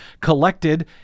collected